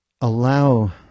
allow